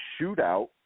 shootout